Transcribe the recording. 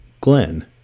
Glenn